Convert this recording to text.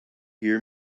hear